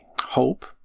hope